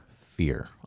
fear